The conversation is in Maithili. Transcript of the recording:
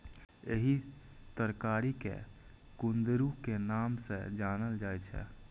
एहि तरकारी कें कुंदरू के नाम सं जानल जाइ छै